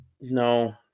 No